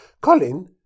Colin